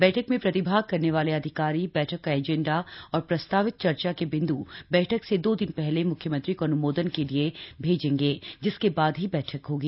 बैठक में प्रतिभाग करने वाले अधिकारी बैठक का एजेंडा और प्रस्तावित चर्चा के बिंद् बैठक से दो दिन पहले म्ख्यमंत्री को अन्मोदन के लिए भैंजेंगे जिसके बाद ही बैठक होगी